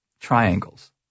triangles